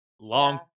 Long